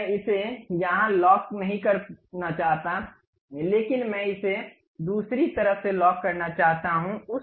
अब मैं इसे यहां लॉक नहीं करना चाहता लेकिन मैं इसे दूसरी तरफ से लॉक करना चाहता हूं